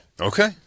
Okay